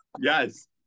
Yes